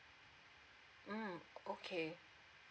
mm okay